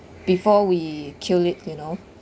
before we kill it you know